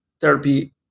therapy